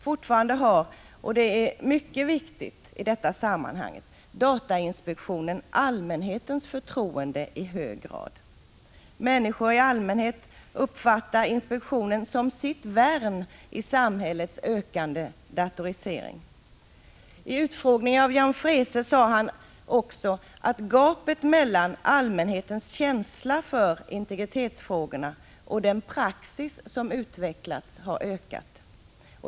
Fortfarande har — och det är mycket viktigt — datainspektionen allmänhetens förtroende i hög grad. Människor i allmänhet uppfattar inspektionen som sitt värn i samhällets ökande datorisering. I utfrågningen av Jan Freese sade han att ”gapet har vuxit mellan allmänhetens inställning och den praxis som har utvecklats”.